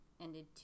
ended